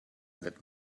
that